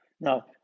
Now